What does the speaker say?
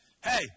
Hey